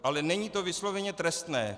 Ale není to vysloveně trestné.